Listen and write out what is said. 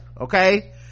okay